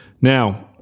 Now